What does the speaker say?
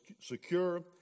secure